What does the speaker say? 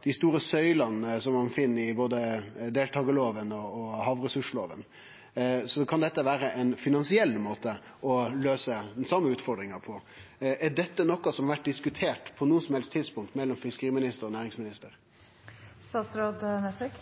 dei store søylene ein finn i både deltakarlova og havressurslova. Dette kan vere ein finansiell måte å løyse den same utfordringa på. Er dette noko som har vore diskutert mellom fiskeriministeren og næringsministeren på noko som helst tidspunkt?